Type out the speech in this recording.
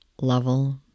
level